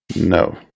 No